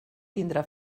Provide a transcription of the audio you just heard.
tindrà